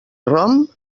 rom